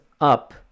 up